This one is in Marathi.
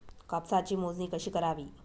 कापसाची मोजणी कशी करावी?